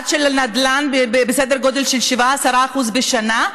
של הנדל"ן בסדר גודל של 7% 10% בשנה?